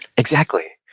exactly